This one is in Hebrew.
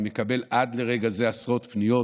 אני מקבל עד לרגע זה עשרות פניות.